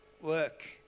work